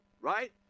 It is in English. right